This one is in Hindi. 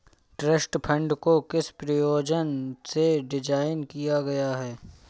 ट्रस्ट फंड को किस प्रयोजन से डिज़ाइन किया गया है?